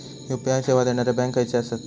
UPI सेवा देणारे bank खयचे आसत?